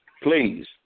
please